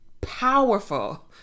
powerful